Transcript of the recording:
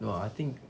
no I think